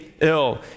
ill